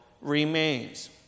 remains